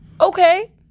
okay